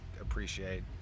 appreciate